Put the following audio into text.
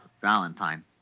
Valentine